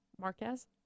Marquez